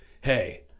hey